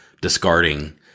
discarding